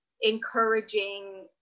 encouraging